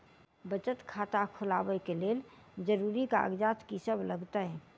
बचत खाता खोलाबै कऽ लेल जरूरी कागजात की सब लगतइ?